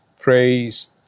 praise